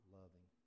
loving